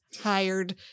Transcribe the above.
hired